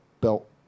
belt